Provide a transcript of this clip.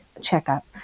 checkup